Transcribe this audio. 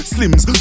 Slims